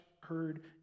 heard